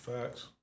Facts